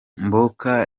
mboka